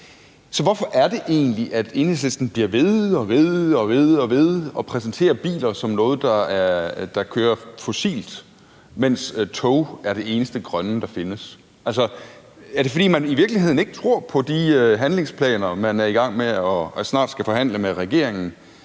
Så hvorfor er det egentlig, at Enhedslisten bliver ved og ved med at præsentere biler som noget, der kører fossilt, mens tog er det eneste grønne, der findes? Altså, er det i virkeligheden, fordi man ikke tror på de handlingsplaner, man snart skal i gang med at forhandle med regeringen?